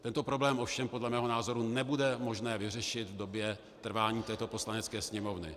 Tento problém ovšem podle mého názoru nebude možné vyřešit v době trvání této Poslanecké sněmovny.